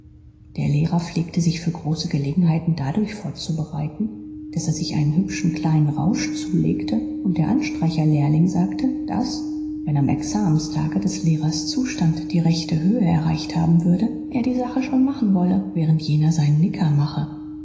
der lehrer pflegte sich für große gelegenheiten dadurch vorzubereiten daß er sich einen hübschen kleinen rausch zulegte und der anstreicherlehrling sagte daß wenn am examenstage des lehrers zustand die rechte höhe erreicht haben würde er die sache schon machen wolle während jener seinen nicker mache